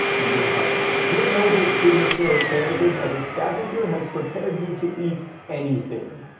eating healthily. your noble prehistoric heritage as a scavenger has prepared you to eat anything.